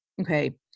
okay